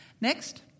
Next